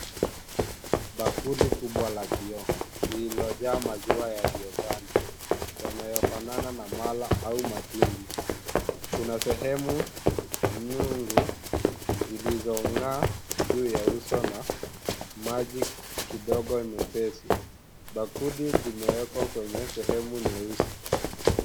Bakuli kubwa la kioo lililojaa maziwa yaliyo ganda yanayofanana na mala au matindi. Kuna sehemu nyungu zilizong'aa juu ya uso na maji kidogo nyepesi. Bakuli limewekwa kwenye sehemu nyeusi.